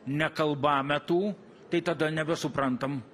nekalbametų tai tada nebesuprantam